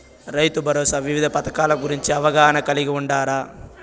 రైతుభరోసా వివిధ పథకాల గురించి అవగాహన కలిగి వుండారా?